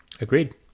Agreed